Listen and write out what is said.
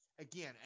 again